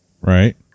Right